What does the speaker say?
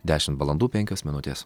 dešimt valandų penkios minutės